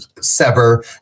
sever